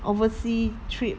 oversea trip